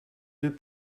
deux